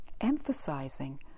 emphasizing